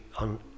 on